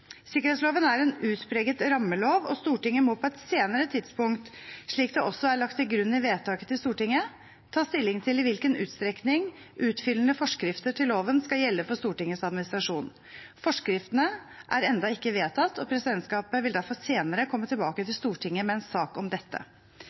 Sikkerhetsloven er en utpreget rammelov, og Stortinget må på et senere tidspunkt, slik det også er lagt til grunn i vedtaket til Stortinget, ta stilling til i hvilken utstrekning utfyllende forskrifter til loven skal gjelde for Stortingets administrasjon. Forskriftene er ennå ikke vedtatt, og presidentskapet vil derfor senere komme tilbake til